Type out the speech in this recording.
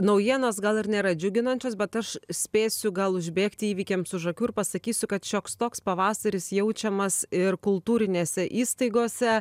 naujienos gal ir nėra džiuginančios bet aš spėsiu gal užbėgti įvykiams už akių ir pasakysiu kad šioks toks pavasaris jaučiamas ir kultūrinėse įstaigose